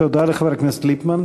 תודה לחבר הכנסת ליפמן.